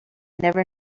never